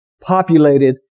populated